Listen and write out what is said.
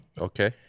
okay